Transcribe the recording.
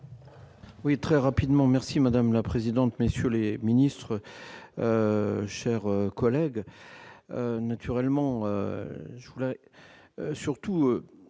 Oui, très rapidement, merci madame la présidente, messieurs les ministres, cher collègue,